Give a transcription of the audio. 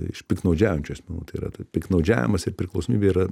iš piktnaudžiaujančių asmenų tai yra taip piktnaudžiavimas ir priklausomybė yra